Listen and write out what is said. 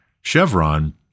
Chevron